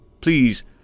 Please